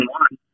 one